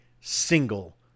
single